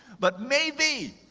but maybe.